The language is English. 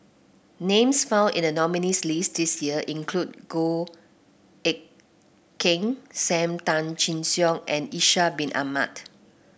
names found in the nominees' list this year include Goh Eck Kheng Sam Tan Chin Siong and Ishak Bin Ahmad